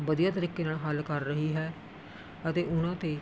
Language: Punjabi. ਵਧੀਆ ਤਰੀਕੇ ਨਾਲ ਹੱਲ ਕਰ ਰਹੀ ਹੈ ਅਤੇ ਉਹਨਾਂ 'ਤੇ